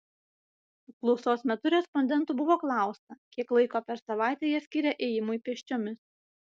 apklausos metu respondentų buvo klausta kiek laiko per savaitę jie skiria ėjimui pėsčiomis